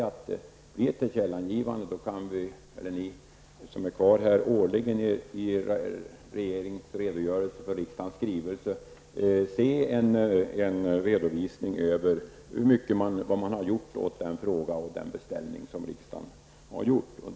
Om det blir ett tillkännagivande kan ju riksdagen årligen i regeringens redogörelse med anledning av riksdagens skrivelser få en redovisning av vad man har gjort med anledning av riksdagens beställningar.